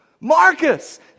marcus